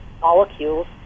molecules